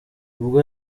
ubwo